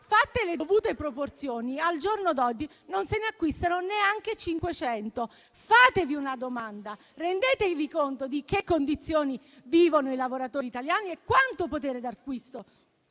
fatte le dovute proporzioni, al giorno d'oggi non se ne acquistano neanche 500. Fatevi una domanda, rendetevi conto delle condizioni in cui vivono i lavoratori italiani e di quanto potere d'acquisto